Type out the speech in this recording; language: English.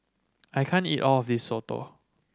I can't eat all of this soto